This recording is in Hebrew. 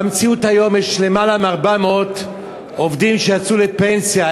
במציאות היום יש למעלה מ-400 עובדים שיצאו לפנסיה,